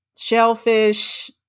shellfish